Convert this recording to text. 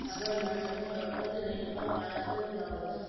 अगर मैं समय पर कर्ज़ नहीं चुका पाया तो क्या होगा?